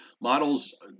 models